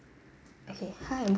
okay hi I am